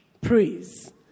praise